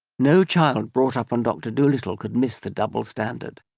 no child brought up on dr dolittle could miss the double standard.